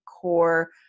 core